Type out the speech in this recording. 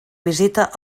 visita